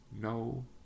no